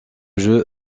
jeu